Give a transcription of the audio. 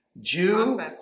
Jew